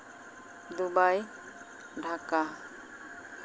Dubai Dhaka